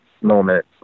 moment